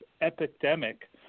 epidemic